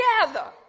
together